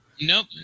Nope